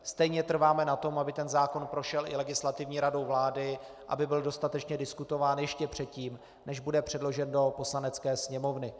Stejně trváme na tom, aby ten zákon prošel i Legislativní radou vlády, aby byl dostatečně diskutován ještě předtím, než bude předložen do Poslanecké sněmovny.